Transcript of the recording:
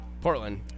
Portland